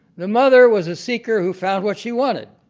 the mother was a seeker who found what she wanted,